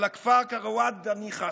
על הכפר קראוות בני חסאן.